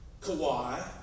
Kawhi